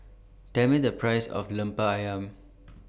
Tell Me The Price of Lemper Ayam